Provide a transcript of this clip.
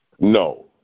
no